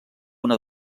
una